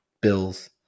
Bill's